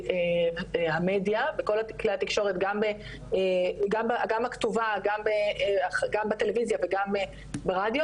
שבכל המדיה בכל כלי התקשורת גם הכתובה וגם בטלוויזיה וגם ברדיו,